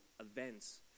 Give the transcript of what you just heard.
events